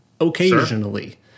occasionally